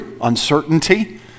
uncertainty